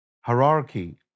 hierarchy